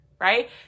right